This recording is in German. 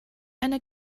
eine